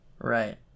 right